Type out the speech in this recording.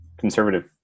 conservative